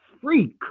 freak